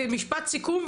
משפט סיכום.